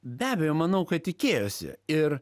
be abejo manau kad tikėjosi ir